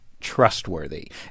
trustworthy